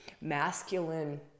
masculine